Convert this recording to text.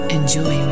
Enjoy